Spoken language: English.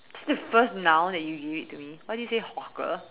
that's the first noun that you give it to me why did you say hawker